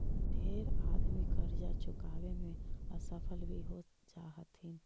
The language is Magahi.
ढेर आदमी करजा चुकाबे में असफल भी हो जा हथिन